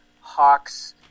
Hawk's